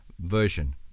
version